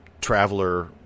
traveler